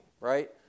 right